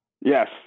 Yes